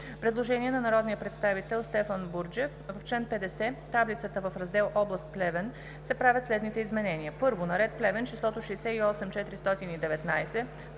Предложение на народния представител Стефан Бурджев: „В чл. 50 в таблицата, в раздел област Плевен се правят следните изменения: 1. на ред Плевен числото „68 419,0“